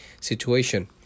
situation